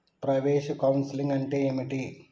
ప్రవేశ కౌన్సెలింగ్ అంటే ఏమిటి?